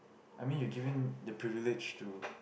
I mean you given the privilege to